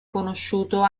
conosciuto